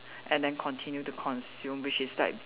and then continue to consume which is like